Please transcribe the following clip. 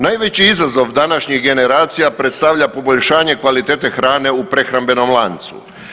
Najveći izazov današnjih generacije predstavlja poboljšanje kvalitete hrane u prehrambenom lancu.